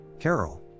Carol